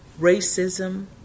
racism